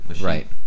right